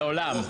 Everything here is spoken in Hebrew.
לעולם.